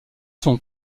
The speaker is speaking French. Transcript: sont